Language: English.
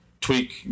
tweak